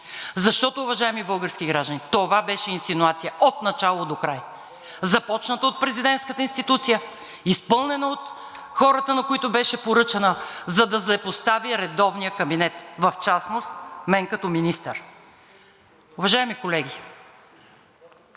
Защото, уважаеми български граждани, това беше инсинуация от начало до край, започната от президентската институция, изпълнена от хората, на които беше поръчана, за да злепостави редовния кабинет, в частност мен като министър. Уважаеми колеги,